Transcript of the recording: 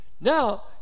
Now